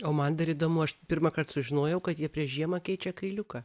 o man dar įdomu aš pirmąkart sužinojau kad jie prieš žiemą keičia kailiuką